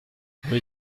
rue